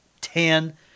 ten